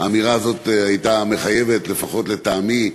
האמירה הזאת הייתה מחייבת, לפחות לטעמי,